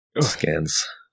scans